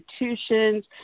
institutions